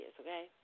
okay